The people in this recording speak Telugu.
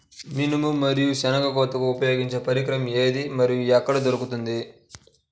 మినుము మరియు మంచి శెనగ కోతకు ఉపయోగించే పరికరం ఏది మరియు ఎక్కడ దొరుకుతుంది?